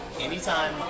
Anytime